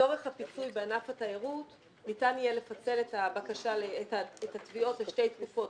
לצורך הפיצוי בענף התיירות ניתן יהיה לפצל את התביעות לשתי תקופות.